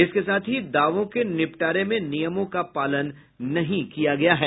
इसके साथ ही दावों के निपटारें में नियमों का पालन नहीं किया गया है